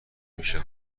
میشه